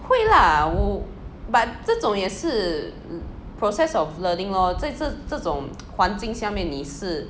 会 lah but 这种也是 process of learning lor 在这这种环境下面你是